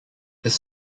his